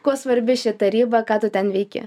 kuo svarbi ši taryba ką tu ten veiki